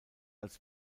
als